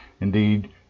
Indeed